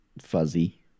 Fuzzy